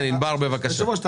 היושב-ראש,